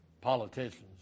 Politicians